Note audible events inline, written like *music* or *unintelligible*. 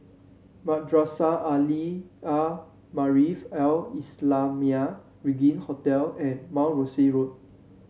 Madrasah *unintelligible* are Maarif Al Islamiah Regin Hotel and Mount Rosie Road